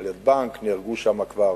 ביוון הפגנות ליד בנק, נהרגו שם כבר,